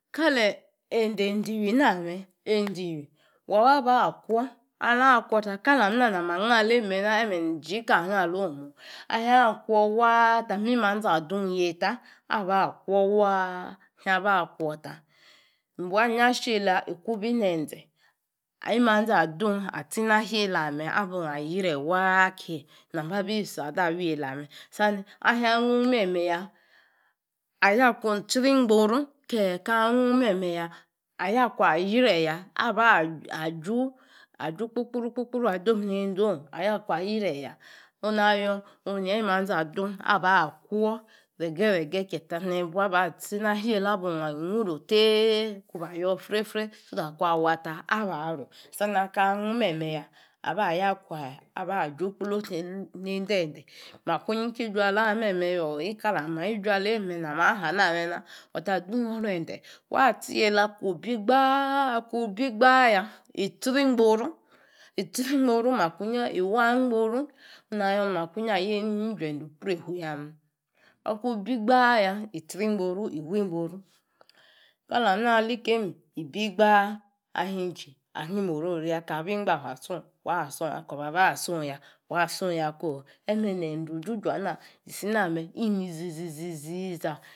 kali ende eindiwi na me eindiwi wa baba kwor. Ala kwor ta ka li mi na na ma anga alei me na eme ni iji kaaa ga aloh moo. Ahin a kowr wan ta ma wu manzi adung neita aba kwor waa ahin aba kwor ta mmbu a yi atcheita iku bi nene ze ayi manzi adung atchi na sheila ame abung arie wan kiye na ma bi sra ada wa eila me. Ahung agung meme ya a ya zung itsi ngboru kee kaa gung memeya aya akung arie ya aba aju kpu kpari kpu kpura. Aya kung arie ya oru na yoor neyi awimezi aba dung aba kowr rege rege kii ye ta nei ni bua ba tsi na heita abung igruu tei ku ba yoor fre fre so that kung waa ta ba ruu sani aka gung meme ya aba ya akun abaju ikplo inneinde ende. Maku nyi ki juala meme yo ni kala mi jua aleim me na maa ota dung oro ende waa tsi yeila akung ibi gbaa akung bi gba yaa ysri ingboru itsi ngboru makanyi iwaa ingboru. Onu na yoor ni makunyi aha ni neni ji endei preifu yaa me acing bi gba ya itsri ngboru iwin gboru kalam na alikeim abi gbaa agim orori ya. Akaa bi wi ingbahe atsung wa wun ingbahe atsung a'koba bah atung ya wa tsung ya ko meme nende ejuju ana ali tsi na me ini zizi zizi ziza